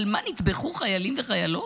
על מה נטבחו חיילים וחיילות,